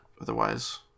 otherwise